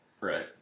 right